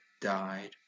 died